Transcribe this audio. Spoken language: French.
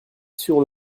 sur